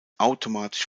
automatisch